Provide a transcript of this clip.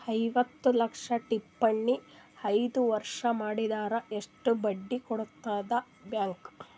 ಐವತ್ತು ಲಕ್ಷ ಠೇವಣಿ ಐದು ವರ್ಷ ಮಾಡಿದರ ಎಷ್ಟ ಬಡ್ಡಿ ಕೊಡತದ ಬ್ಯಾಂಕ್?